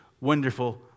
wonderful